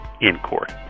in-court